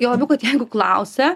juo labiau kad jeigu klausia